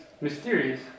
mysterious